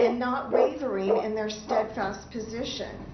and not wavering in their steadfast position.